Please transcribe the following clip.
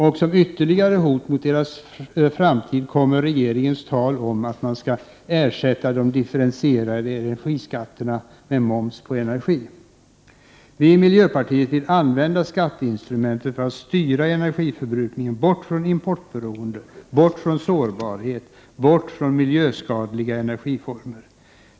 Och som ytterligare hot mot deras framtid kommer regeringens tal om att man skall ersätta de differentierade energiskatterna med moms på energi. Vi i miljöpartiet vill använda skatteinstrumentet för att styra energiförbrukningen bort från importberoende, bort från sårbarhet, bort från miljöskadliga energiformer.